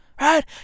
right